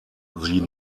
sie